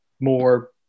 more